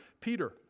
Peter